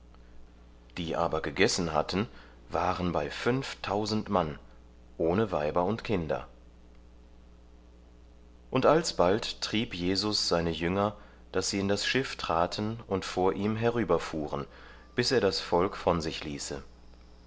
die aber gegessen hatten waren waren bei fünftausend mann ohne weiber und kinder und alsbald trieb jesus seine jünger daß sie in das schiff traten und vor ihm herüberfuhren bis er das volk von sich ließe